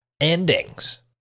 endings